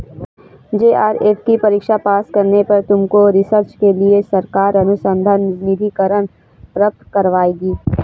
JRF की परीक्षा pass करने पर तुमको रिसर्च के लिए सरकार अनुसंधान निधिकरण प्राप्त करवाएगी